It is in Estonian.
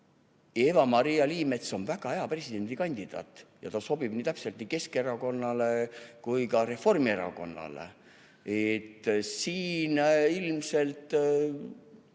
Eva-Maria Liimets on väga hea presidendikandidaat ja ta sobib täpselt nii Keskerakonnale kui ka Reformierakonnale. Siin ilmselt